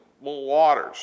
waters